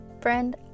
friend